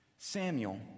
Samuel